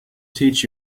teach